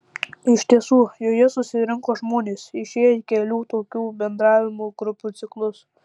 iš tiesų joje susirinko žmonės išėję kelių tokių bendravimo grupių ciklus